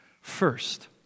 First